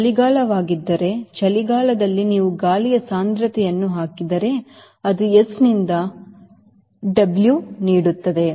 ಅದು ಚಳಿಗಾಲವಾಗಿದ್ದರೆ ಚಳಿಗಾಲದಲ್ಲಿ ನೀವು ಗಾಳಿಯ ಸಾಂದ್ರತೆಯನ್ನು ಹಾಕಿದರೆ ಅದು ಎಸ್ ನಿಂದ ದೊಡ್ಡ ಡಬ್ಲ್ಯೂ ನೀಡುತ್ತದೆ